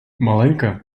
маленька